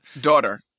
daughter